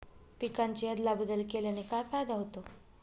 पिकांची अदला बदल केल्याने काय फायदा होतो?